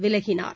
விலகினார்